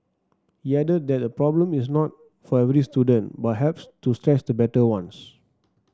he added that the problem is not for every student but helps to stretch the better ones